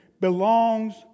belongs